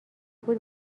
بود